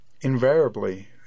invariably